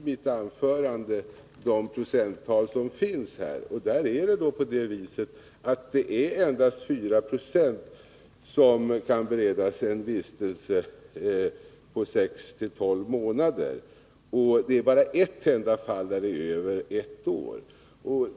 Herr talman! Jag redovisade direkt i mitt anförande de procenttal som gäller. Det är endast 4 96 som kan beredas en vistelse på 6-12 månader. Det är bara ett enda fall där det är över ett år.